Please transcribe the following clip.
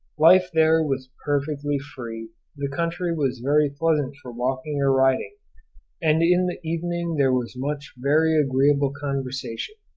life there was perfectly free the country was very pleasant for walking or riding and in the evening there was much very agreeable conversation,